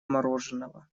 мороженного